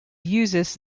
uses